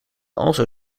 also